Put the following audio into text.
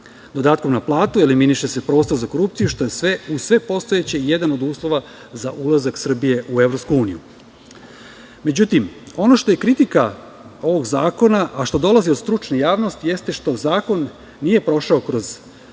Dodatkom na platu se eleminiše prostor za korupciju, što je sve, uz sve postojeće, jedan od uslova za ulazak Srbije u EU.Međutim, ono što je kritika ovog zakona, a što dolazi od stručne javnosti jeste što zakon nije prošao kroz